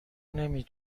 نمی